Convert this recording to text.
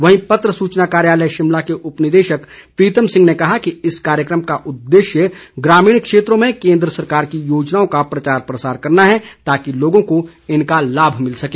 वहीं पत्र सूचना कार्यालय शिमला के उप निदेशक प्रीतम सिंह ने कहा कि इस कार्यकम का उद्देश्य ग्रामीण क्षेत्रों में केन्द्र सरकार की योजनाओं का प्रचार प्रसार करना है ताकि लोगों को इनका लाभ मिल सके